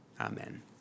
amen